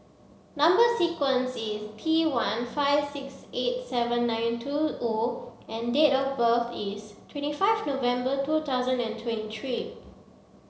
number sequence is T one five six eight seven nine two O and date of birth is twenty five November two thousand and twenty three